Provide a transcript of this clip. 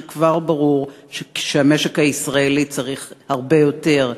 כשכבר ברור שהמשק הישראלי צריך הרבה יותר,